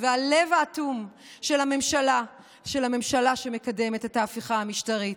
והלב האטום של הממשלה שמקדמת את ההפיכה המשטרית.